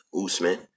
Usman